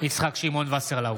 יצחק שמעון וסרלאוף,